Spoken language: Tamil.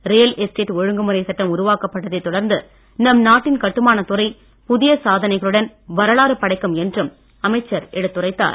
ரியல் எஸ்டேட் ஒழுங்குமுறை சட்டம் உருவாக்கப்பட்டதைத் தொடர்ந்து நம் நாட்டின் கட்டுமானத்துறை புதிய சாதனைகளுடன் வரலாறு படைக்கும் என்றும் அமைச்சர் எடுத்துரைத்தார்